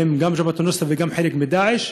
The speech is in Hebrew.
גם "ג'בהת א-נוסרה" וגם חלק מ"דאעש",